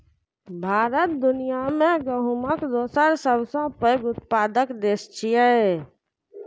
भारत दुनिया मे गहूमक दोसर सबसं पैघ उत्पादक देश छियै